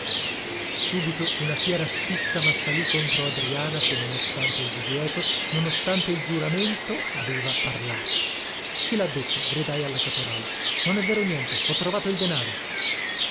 subito una fiera stizza massalì contro adriana che non ostante il divieto non ostante il giuramento aveva parlato chi lha detto gridai alla caporale non è vero niente ho ritrovato il denaro